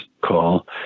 call